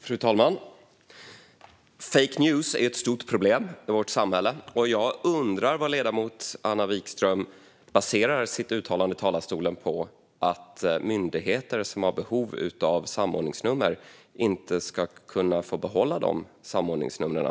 Fru talman! Fake news är ett stort problem i vårt samhälle, och jag undrar på vad ledamoten Anna Vikström baserar sitt uttalande i talarstolen att myndigheter som har behov av samordningsnummer inte ska kunna få behålla dessa?